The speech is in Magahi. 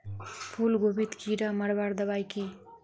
फूलगोभीत कीड़ा मारवार दबाई की?